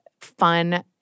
fun